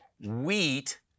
wheat